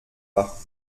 pas